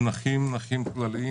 נכים כלליים,